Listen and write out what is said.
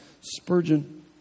Spurgeon